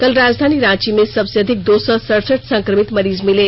कल राजधानी रांची से सबसे अधिक दो सौ सड़सठ संक्रमित मरीज मिले